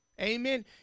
Amen